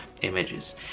images